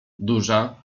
duża